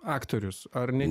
aktorius ar ne